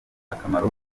akamaro